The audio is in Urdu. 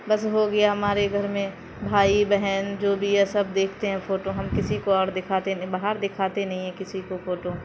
بس ہو گیا ہمارے گھر میں بھائی بہن جو بھی ہے سب دیکھتے ہیں فوٹو ہم کسی کو اور دکھاتے نہیں باہر دیکھاتے نہیں ہیں کسی کو فوٹو